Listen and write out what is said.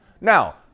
Now